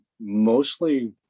mostly